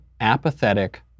apathetic